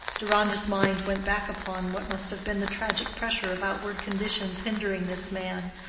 deronda's mind went back upon what must have been the tragic pressure of outward conditions hindering this man,